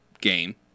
game